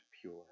pure